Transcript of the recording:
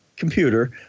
computer